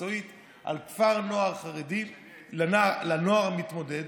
מקצועית על כפר נוער חרדי לנוער המתמודד.